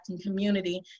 community